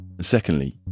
Secondly